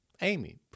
Amy